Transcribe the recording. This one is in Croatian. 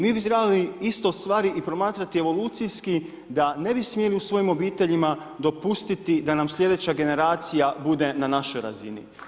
Mi bi trebali isto stvari i promatrati evolucijski da ne bi smjeli u svojim obiteljima dopustiti da nam sljedeća generacija bude na našoj razini.